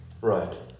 Right